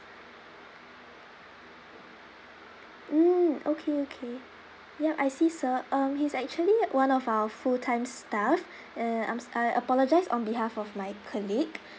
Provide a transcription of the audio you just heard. mm okay okay yup I see sir um he's actually one of our full time staff err I'm I apologise on behalf of my colleague